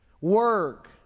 work